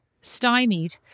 stymied